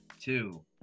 two